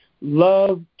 Love